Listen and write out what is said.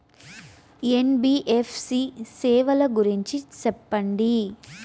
NBFC సేవల గురించి సెప్పండి?